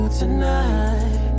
tonight